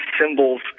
symbols